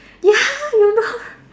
ya you know